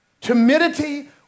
Timidity